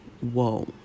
whoa